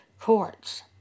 courts